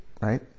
right